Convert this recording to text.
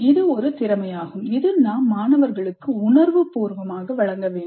இது ஒரு திறமையாகும் இது நாம் மாணவர்களுக்கு உணர்வுபூர்வமாக வழங்க வேண்டும்